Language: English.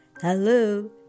Hello